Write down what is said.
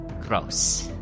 Gross